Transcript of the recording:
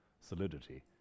solidity